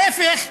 אם ההפך,